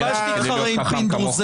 חבל שתתחרה עם פינדרוס,